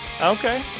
Okay